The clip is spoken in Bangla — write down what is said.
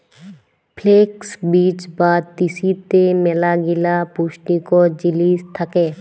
ফ্লেক্স বীজ বা তিসিতে ম্যালাগিলা পুষ্টিকর জিলিস থ্যাকে